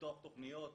פיתוח תכניות.